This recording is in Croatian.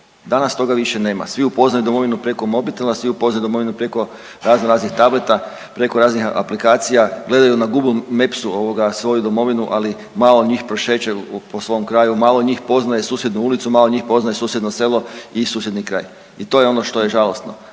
Danas toga više nema, svi upoznaju domovinu preko mobitela, svi upoznaju domovinu preko raznoraznih tableta, preko raznih aplikacija, gledaju na Google Mapsu svoju domovinu, ali malo njih prošeće po svom kraju, malo njih poznaje susjednu ulicu, malo njih poznaje susjedno selo i susjedni kraj i to je ono što je žalosno,